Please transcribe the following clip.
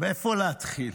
מאיפה להתחיל?